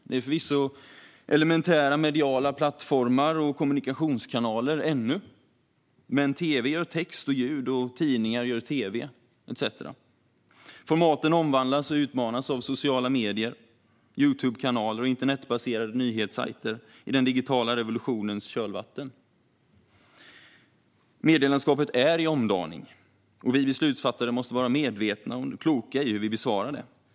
Det är förvisso ännu fråga om elementära mediala plattformar och kommunikationskanaler, men tv gör text och ljud, och tidningar gör tv, etcetera. Formaten omvandlas och utmanas av sociala medier, Youtubekanaler och internetbaserade nyhetssajter i den digitala revolutionens kölvatten. Medielandskapet är i omdaning, och vi beslutsfattare måste vara medvetna och kloka i hur vi besvarar det.